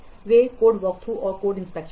वे code walkthrough और code निरीक्षण हैं